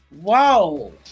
Whoa